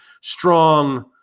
strong